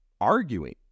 arguing